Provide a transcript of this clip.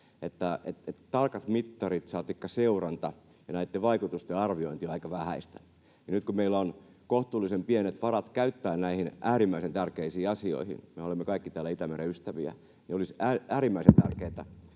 että tarkat mittarit, saatikka seuranta ja näitten vaikutusten arviointi, ovat aika vähäisiä. Ja nyt kun meillä on kohtuullisen pienet varat käyttää näihin äärimmäisen tärkeisiin asioihin — me olemme kaikki täällä Itämeren ystäviä — niin olisi äärimmäisen tärkeätä,